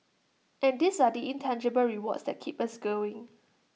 and these are the intangible rewards that keep us going